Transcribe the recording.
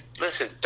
Listen